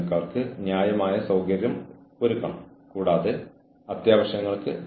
അതിനാൽ ശരിയായ ഡോക്യുമെന്റേഷൻ ആവശ്യമാണ്